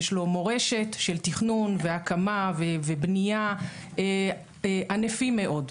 יש לו מורשת של תכנון והקמה ובנייה ענפים מאוד.